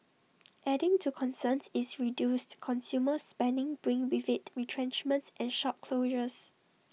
adding to concerns is reduced consumer spending bringing with IT retrenchments and shop closures